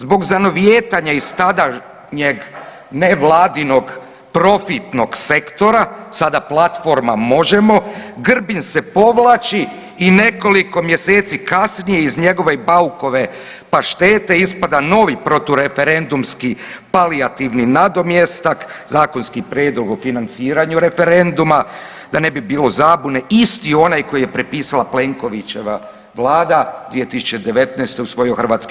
Zbog zanovijetanja iz tadanjeg nevladinog profitnog sektora, sada platforma Možemo!, Grbin se povlači i nekoliko mjeseci kasnije iz njegove i Baukove paštete ispada novi protureferendumski palijativni nadomjestak, zakonski Prijedlog o financiranju referenduma, da ne bi bilo zabune, isti onaj koji je prepisala Plenkovićeva Vlada 2019. usvojio HS.